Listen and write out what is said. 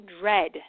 dread